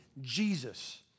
Jesus